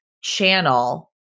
channel